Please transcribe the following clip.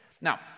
Now